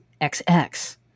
XX